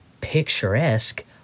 picturesque